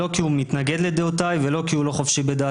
לא כי הוא מתנגד לדעותיי ולא כי הוא לא חופשי בדעתו